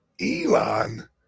Elon